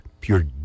pure